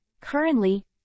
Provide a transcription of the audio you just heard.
Currently